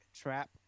trap